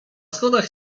schodach